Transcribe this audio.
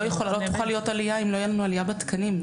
לא תוכל להיות עלייה אם לא יהיה לנו עלייה בתקנים.